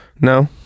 No